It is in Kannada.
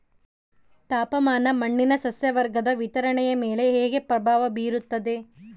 ತಾಪಮಾನ ಮಣ್ಣಿನ ಸಸ್ಯವರ್ಗದ ವಿತರಣೆಯ ಮೇಲೆ ಹೇಗೆ ಪ್ರಭಾವ ಬೇರುತ್ತದೆ?